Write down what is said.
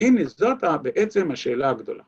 ‫הנה זאת בעצם השאלה הגדולה.